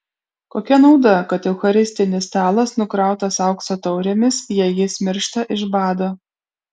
kokia nauda kad eucharistinis stalas nukrautas aukso taurėmis jei jis miršta iš bado